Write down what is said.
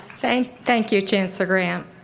thank thank you, chancellor grant.